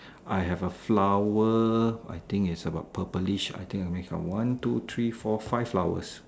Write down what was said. I have a flower I think is about purplish I think I miss out one two three four five flowers